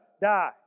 die